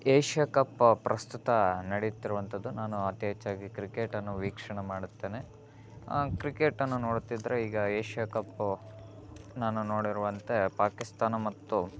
Asia cup ಪ್ರಸ್ತುತ ನಡೆಯುತ್ತಿರುವಂಥದ್ದು ನಾನು ಅತಿ ಹೆಚ್ಚಾಗಿ ಕ್ರಿಕೆಟನ್ನು ವೀಕ್ಷಣೆ ಮಾಡುತ್ತೇನೆ ಕ್ರಿಕೆಟನ್ನು ನೋಡುತ್ತಿದ್ದರೆ ಈಗ ಏಷ್ಯಾ ಕಪ್ಪು ನಾನು ನೋಡಿರುವಂತೆ ಪಾಕಿಸ್ತಾನ ಮತ್ತು